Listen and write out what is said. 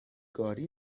گاری